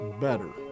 better